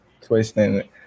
twisting